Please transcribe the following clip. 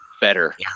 better